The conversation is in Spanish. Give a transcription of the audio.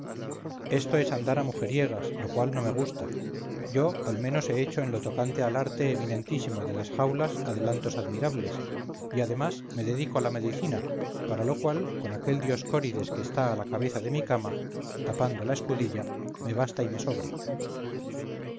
esto es andar a mujeriegas lo cual no me gusta yo al menos he hecho en lo tocante al arte eminentísimo de las jaulas adelantos admirables y además me dedico a la medicina para lo cual con aquel dioscórides que está a la cabeza de mi cama tapando la escudilla me basta y me sobra